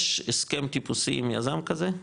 יש הסכם טיפוסי עם יזם כזה?